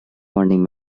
founding